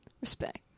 Respect